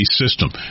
system